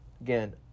Again